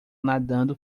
nadando